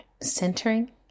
centering